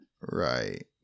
Right